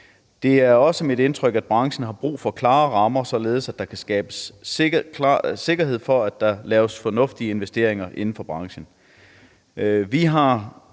Det er også mit indtryk, at branchen har brug for klare rammer, så der kan skabes sikkerhed for, at der laves fornuftige investeringer inden for branchen.